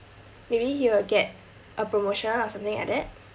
maybe he will get a promotion or something like that